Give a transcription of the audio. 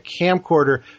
camcorder